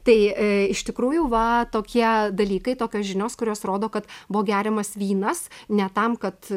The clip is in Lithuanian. tai iš tikrųjų va tokie dalykai tokios žinios kurios rodo kad buvo geriamas vynas ne tam kad